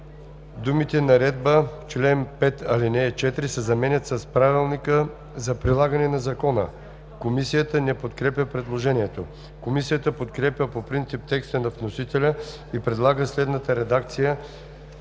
думите „наредбата по чл. 5, ал. 4“ се заменят с „правилника за прилагане на закона“. Комисията не подкрепя предложението. Комисията подкрепя по принцип текста на вносителя и предлага следната редакция